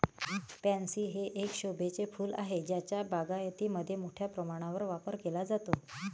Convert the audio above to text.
pansy हे एक शोभेचे फूल आहे ज्याचा बागायतीमध्ये मोठ्या प्रमाणावर वापर केला जातो